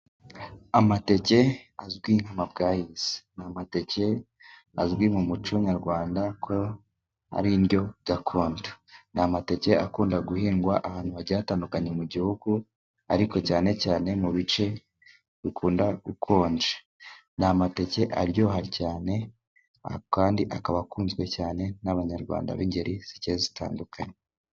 Amateke azwi nka mabwayisi ni amateke azwi mu muco nyarwanda, ko ari indyo gakondo ni amateke akunda guhingwa ahantu hagiye hatandukanye mu gihugu ariko cyane cyane mu bice bikunda ubukonje ni amateke aryoha cyane kandi akaba akunzwe cyane n'Abanyarwanda b'ingeri zigiye zitandukanye.